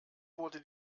wurde